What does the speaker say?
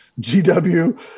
GW